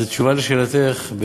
בתשובה על שאלתך: